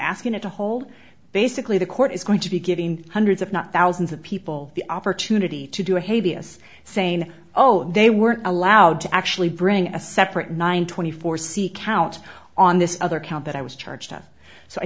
asking it to hold basically the court is going to be getting hundreds if not thousands of people the opportunity to do a hey vs saying oh they weren't allowed to actually bring a separate nine twenty four c count on this other count that i was charged of so i